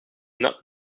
not